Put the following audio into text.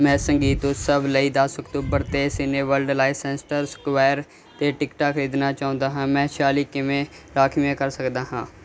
ਮੈਂ ਸੰਗੀਤ ਉਤਸਵ ਲਈ ਦਸ ਅਕਤੂਬਰ 'ਤੇ ਸਿਨੇਵਰਲਡ ਲੇਇਸੇਸਟਰ ਸਕੁਆਇਰ 'ਤੇ ਟਿਕਟਾਂ ਖਰੀਦਣਾ ਚਾਹੁੰਦਾ ਹਾਂ ਮੈਂ ਛਿਆਲੀ ਕਿਵੇਂ ਰਾਖਵੀਆਂ ਕਰ ਸਕਦਾ ਹਾਂ